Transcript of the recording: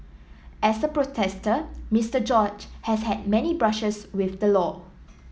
as a protester Mister George has had many brushes with the law